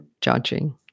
judging